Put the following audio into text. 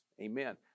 Amen